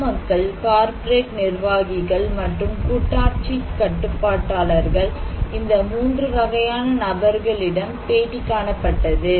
பொது மக்கள் கார்ப்பரேட் நிர்வாகிகள் மற்றும் கூட்டாட்சி கட்டுப்பாட்டாளர்கள் இந்த மூன்று வகையான நபர்களிடம் பேட்டி காணப்பட்டது